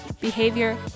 behavior